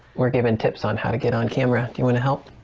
we're given tips on how to get on camera. you want to help?